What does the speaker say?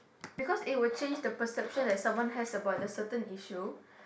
because it will change the perception that someone has about the certain issue